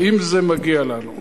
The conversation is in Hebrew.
האם זה מגיע לנו?